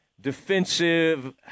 defensive